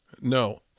No